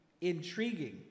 intriguing